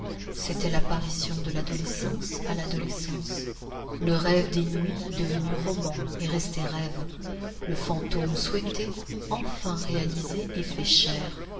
c'était l'apparition de l'adolescence à l'adolescence le rêve des nuits devenu roman et resté rêve le fantôme souhaité enfin réalisé et fait chair